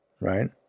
right